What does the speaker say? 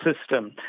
system